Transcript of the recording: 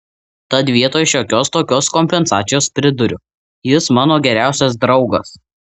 tad vietoj šiokios tokios kompensacijos priduriu jis mano geriausias draugas